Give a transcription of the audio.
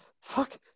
fuck